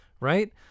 Right